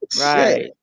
right